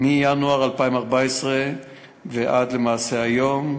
מינואר 2014 ועד היום,